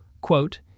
quote